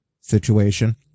situation